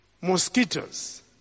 mosquitoes